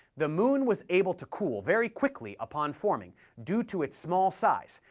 the moon was able to cool very quickly upon forming, due to its small size,